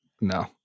No